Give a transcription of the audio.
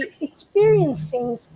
experiencing